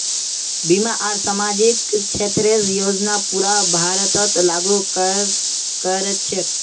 बीमा आर सामाजिक क्षेतरेर योजना पूरा भारतत लागू क र छेक